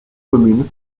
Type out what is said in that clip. communes